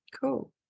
cool